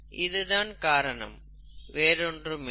இதுதான் காரணம் வேறொன்றுமில்லை